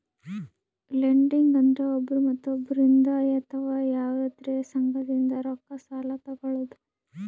lending ಅಂದ್ರ ಒಬ್ರ್ ಮತ್ತೊಬ್ಬರಿಂದ್ ಅಥವಾ ಯವಾದ್ರೆ ಸಂಘದಿಂದ್ ರೊಕ್ಕ ಸಾಲಾ ತೊಗಳದು